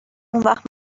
اونوقت